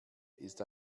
ist